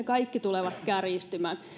kaikki nyt kärjistymään